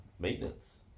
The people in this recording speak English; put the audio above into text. maintenance